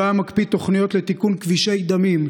היה מקפיא תוכניות לתיקון כבישי דמים,